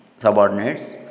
subordinates